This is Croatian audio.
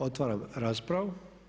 Otvaram raspravu.